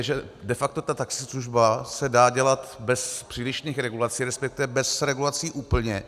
Že de facto ta taxislužba se dá dělat bez přílišných regulací, respektive bez regulací úplně.